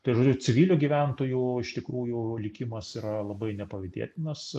tai žodžiu civilių gyventojų iš tikrųjų likimas yra labai nepavydėtinas